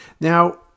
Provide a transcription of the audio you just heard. Now